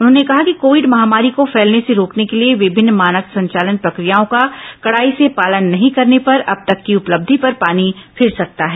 उन्होंने कहा कि कोविड महामारी को फैलने से रोकने के लिए विभिन्न मानक संचालन प्रक्रियाओं का कड़ाई से पालन नहीं करने पर अब तक की उपलब्धि पर पानी फिर सकता है